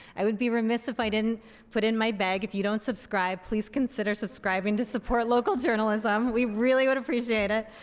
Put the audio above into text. i would be remiss if i didn't put in my bag if you don't subscribe please consider subscribing to support local journalism. we really would appreciate it.